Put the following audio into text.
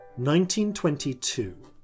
1922